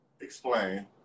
explain